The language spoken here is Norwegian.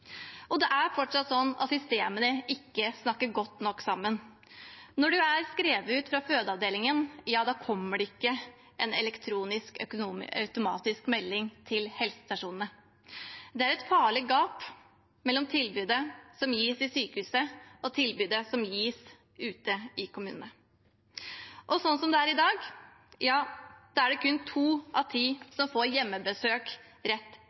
Og det er fortsatt slik at systemene ikke snakker godt nok sammen. Når en er skrevet ut fra fødeavdelingen, kommer det ikke en automatisk elektronisk melding til helsestasjonene. Det er et farlig gap mellom tilbudet som gis i sykehuset, og tilbudet som gis ute i kommunene. I dag er det slik at det er kun to av ti som får hjemmebesøk rett